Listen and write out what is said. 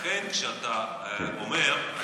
לכן כשאתה אומר,